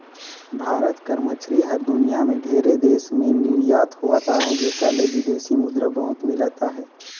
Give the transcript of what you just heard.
भारत कर मछरी हर दुनियां में ढेरे देस में निरयात होवत अहे जेकर ले बिदेसी मुद्रा बहुत मिलत अहे